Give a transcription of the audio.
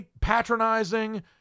patronizing